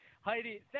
Heidi